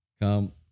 come